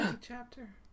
Chapter